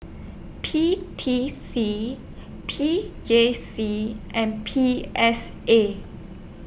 P T C P J C and P S A